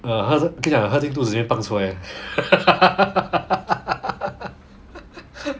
uh 喝我跟你讲喝进肚子里面 pang 出来 leh